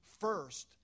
first